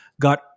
got